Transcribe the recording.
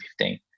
2015